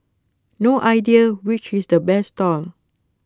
no idea which is the best stall